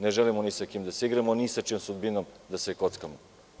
Ne želimo ni sa kim da se igramo, ni sa čijom sudbinom da se kockamo.